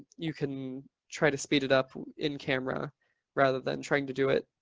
you can try to speed it up in camera rather than trying to do it